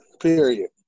Period